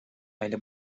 aile